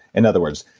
and other words,